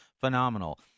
phenomenal